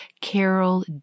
Carol